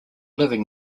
living